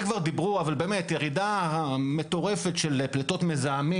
ירידה מטורפת של פליטות מזהמים.